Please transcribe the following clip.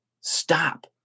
stop